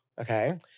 Okay